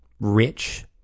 rich